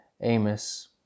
Amos